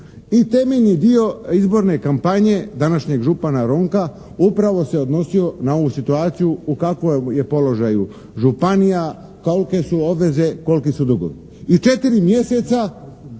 i temeljni dio izborne kampanje današnjeg župana Ronka upravo se odnosio na ovu situaciju u kakvom je položaju županija, kolike su obveze, koliki su dugovi. I četiri mjeseca,